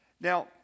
Now